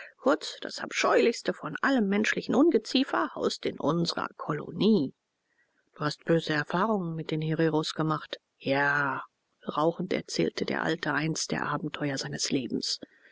das abscheulichste von allem schwarzen ungeziefer haust in unsrer kolonie du hast böse erfahrungen mit den hereros gemacht ja rauchend erzählte der alte eins der abenteuer seines lebens